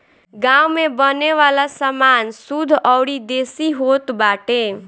गांव में बने वाला सामान शुद्ध अउरी देसी होत बाटे